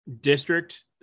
district